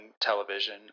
television